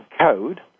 code